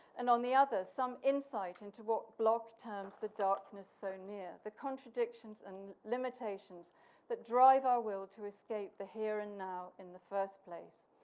and, on the other, some insight into what blog terms, the darkness so near, the contradictions and limitations that drive our will to escape the here and now in the first place.